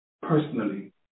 personally